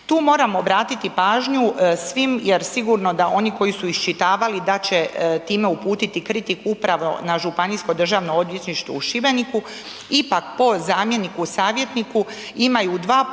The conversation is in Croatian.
Tu moram obratiti pažnju svim jer sigurno da oni koji su iščitavali da će time uputiti kritiku upravo na Županijsko državno odvjetništvo u Šibeniku, ipak po zamjeniku, savjetniku imaju dva puta